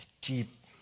deep